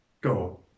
Go